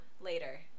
later